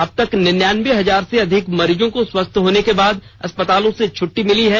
अबतक निन्यानबे हजार से अधिक मरीजों को स्वस्थ होने के बाद अस्पताल से छुट्टी मिली है